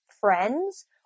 friends